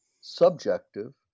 subjective